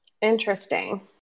Interesting